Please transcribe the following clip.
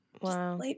Wow